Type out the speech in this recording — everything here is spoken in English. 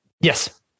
Yes